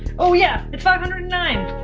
oh yeah, it's five hundred and nine.